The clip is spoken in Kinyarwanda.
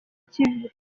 kibi